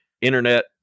internet